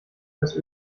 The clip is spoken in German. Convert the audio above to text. das